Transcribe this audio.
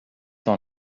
ton